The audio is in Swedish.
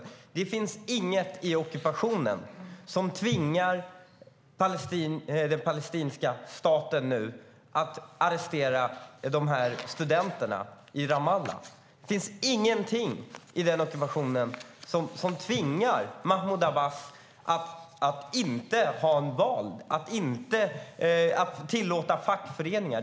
Det finns inget i ockupationen som tvingar palestinska staten att arrestera studenter i Ramallah. Det finns inget i ockupationen som tvingar Mahmoud Abbas att inte hålla val och inte tillåta fackföreningar.